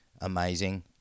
amazing